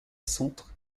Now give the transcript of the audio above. centre